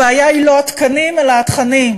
הבעיה היא לא התקנים, אלא התכנים,